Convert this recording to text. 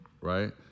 right